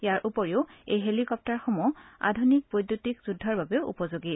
ইয়াৰ উপৰি এই হেলিকপ্তাৰসমূহ আধুনিক বৈদ্যুতিক যুদ্ধৰ বাবেও উপযোগী